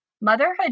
motherhood